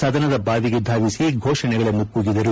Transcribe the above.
ಸದನದ ಬಾವಿಗೆ ಧಾವಿಸಿ ಘೋಷಣೆಗಳನ್ನು ಕೂಗಿದರು